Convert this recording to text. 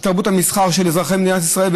לתרבות המסחר של אזרחי מדינת ישראל.